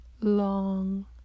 long